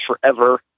forever